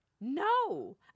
no